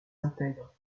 intègre